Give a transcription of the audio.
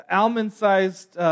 almond-sized